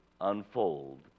unfold